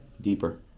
deeper